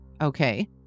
Okay